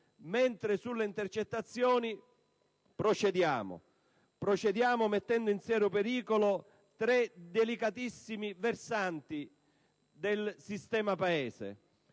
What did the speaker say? mentre sulle intercettazioni procediamo, e lo facciamo mettendo in serio pericolo tre delicatissimi versanti del sistema Paese: